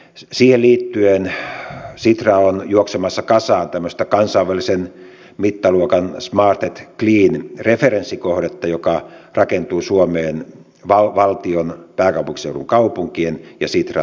siihen liittyen sitra on juoksemassa kasaan tämmöistä kansainvälisen mittaluokan smart clean referenssikohdetta joka rakentuu suomeen valtion pääkaupunkiseudun kaupunkien ja sitran yhteistyönä